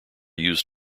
used